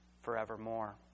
forevermore